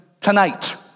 tonight